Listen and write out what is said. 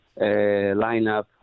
lineup